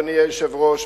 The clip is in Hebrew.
אדוני היושב-ראש,